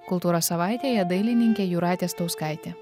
kultūros savaitėje dailininkė jūratė stauskaitė